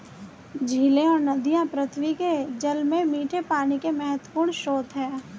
झीलें और नदियाँ पृथ्वी के जल में मीठे पानी के महत्वपूर्ण स्रोत हैं